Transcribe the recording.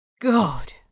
God